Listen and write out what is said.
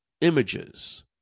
images